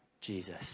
Jesus